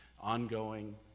Ongoing